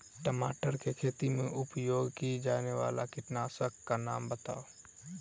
टमाटर केँ खेती मे उपयोग की जायवला कीटनासक कऽ नाम बताऊ?